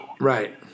Right